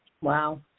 Wow